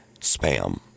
spam